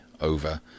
over